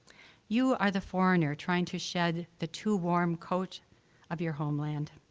you are the foreigner trying to shed the too-warm coat of your homeland,